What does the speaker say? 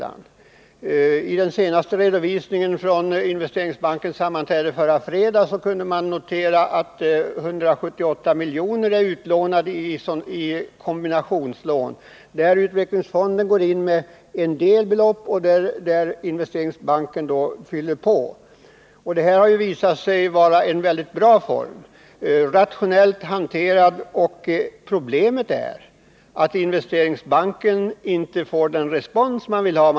Av den senaste redovisningen vid Investeringsbankens sammanträde förra fredagen kunde man notera att 178 milj.kr. är utlånade i kombinationslån, där utvecklingsfonden går in med ett visst belopp och Investeringsbanken sedan fyller på. Detta har, rationellt hanterat, visat sig vara en mycket bra form. Problemet är att Investeringsbanken inte får den respons man önskar.